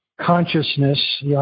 consciousness